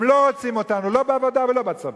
הם לא רוצים אותנו, לא בעבודה ולא בצבא.